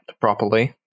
properly